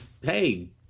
Hey